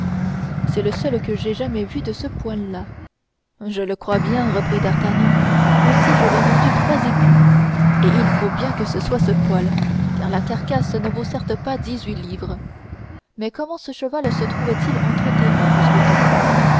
c'est le seul que j'aie jamais vu de ce poil là je le crois bien reprit d'artagnan aussi je l'ai vendu trois écus et il faut bien que ce soit pour le poil car la carcasse ne vaut certes pas dix-huit livres mais comment ce cheval se trouvet il entre tes mains mousqueton